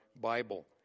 Bible